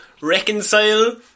...reconcile